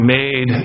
made